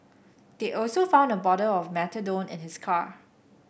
they also found a bottle of methadone in his car